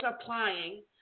applying